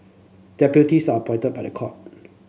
deputies are appointed by the court